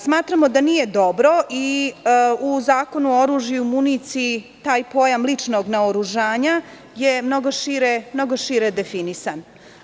Smatramo da nije dobro i u Zakonu o oružju i municiji taj pojam ličnog naoružanja je mnogo šire definisan.